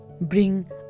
bring